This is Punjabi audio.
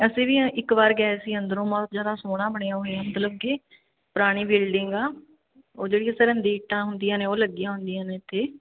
ਅਸੀਂ ਵੀ ਏ ਇੱਕ ਵਾਰ ਗਏ ਸੀ ਅੰਦਰੋਂ ਬਹੁਤ ਜ਼ਿਆਦਾ ਸੋਹਣਾ ਬਣਿਆ ਹੋਇਆ ਮਤਲਬ ਕਿ ਪੁਰਾਣੀ ਬਿਲਡਿੰਗ ਆ ਉਹ ਜਿਹੜੀ ਸਰਹੰਦੀ ਇੱਟਾਂ ਹੁੰਦੀਆਂ ਨੇ ਉਹ ਲੱਗੀਆਂ ਹੁੰਦੀਆਂ ਨੇ ਇੱਥੇ